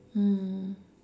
mm